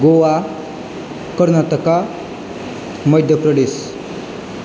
Goa Karnataka Madhya Pradesh